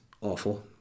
awful